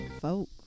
Folk